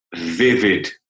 vivid